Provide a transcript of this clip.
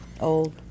old